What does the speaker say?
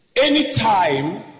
Anytime